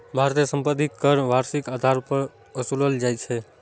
भारत मे संपत्ति कर वार्षिक आधार पर ओसूलल जाइ छै